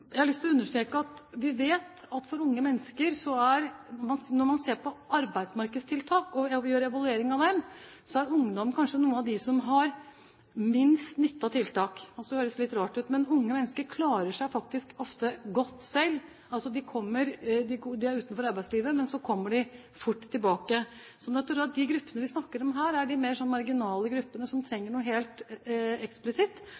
Jeg har lyst til å understreke at vi vet at når man ser på arbeidsmarkedstiltak og gjør en evaluering av dem, er ungdom kanskje en av de gruppene som har minst nytte av tiltak. Det høres litt rart ut, men unge mennesker klarer seg faktisk ofte godt selv, de er utenfor arbeidslivet, men så kommer de fort tilbake. Så de gruppene vi snakker om her, er de mer marginale gruppene, som